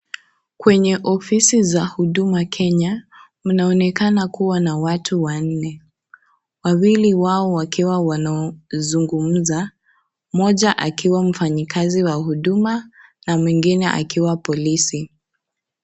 Kwenye ofisi za huduma Kenya mnaonekana kuwa na watu wanne, wawili wao wakiwa wanazungumza mmoja akiwa mfanyikazi wa huduma na mwingine akiwa polisi.